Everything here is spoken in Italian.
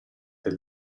del